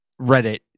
Reddit